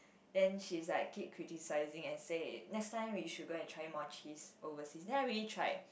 then she's like keep criticising and say next time we should go and try more cheese overseas then I really tried